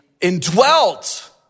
indwelt